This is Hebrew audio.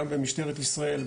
גם במשטרת ישראל,